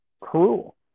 cruel